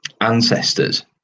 ancestors